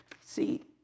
See